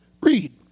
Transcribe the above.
Read